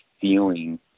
feeling